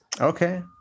Okay